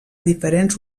diferents